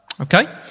Okay